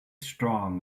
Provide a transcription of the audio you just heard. strong